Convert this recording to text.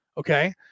Okay